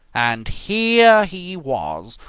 and here he was,